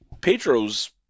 Pedro's